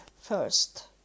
first